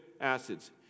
acids